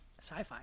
sci-fi